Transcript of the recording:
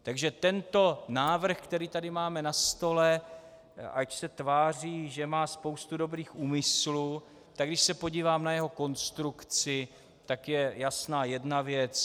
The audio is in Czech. Takže tento návrh, který tady máme na stole, ač se tváří, že má spoustu dobrých úmyslů, tak když se podívám na jeho konstrukci, tak je jasná jedna věc.